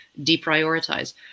deprioritize